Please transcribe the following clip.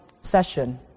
session